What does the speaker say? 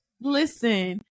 Listen